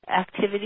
activity